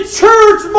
church